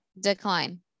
decline